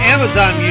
Amazon